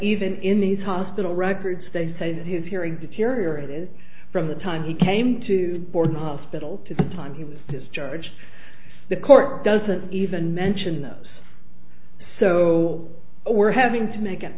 even in these hospital records they say that his hearing deteriorated from the time he came to board the hospital to the time he was discharged the court doesn't even mention those so we're having to make an